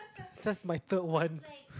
that's my third one